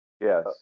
Yes